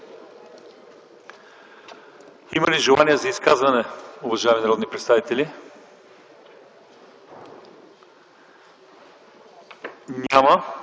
Има ли желание за изказвания, уважаеми народни представители? Няма.